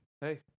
hey